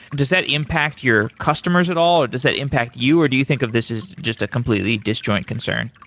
does that impact your customers at all, or does that impact you, or do you think of this as just a completely disjoint concern?